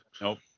Nope